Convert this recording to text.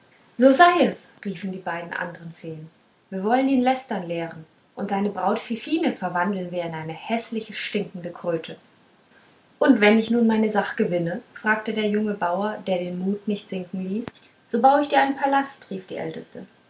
so sei es riefen die beiden andern feen wir wollen ihn lästern lehren und seine braut fifine verwandeln wir in eine häßliche stinkende kröte und wenn ich nun meine sach gewinne fragte der junge bauer der den mut nicht sinken ließ so baue ich dir einen palast rief die älteste